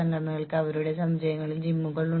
സംഘടനയാണ് ഇത് തീരുമാനിക്കുന്നത് അത് ഒരു പ്രശ്നമാകാം